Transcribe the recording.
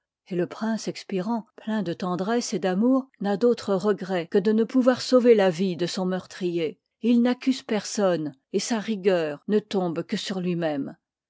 et le prince expirant plein de tendresse et d'amour n'a d'autre regret que de ne pouvoir sauver la vie de son meurtrier et il n'accuse personne et sa rigueur ne tombe que sur lui-même